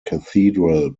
cathedral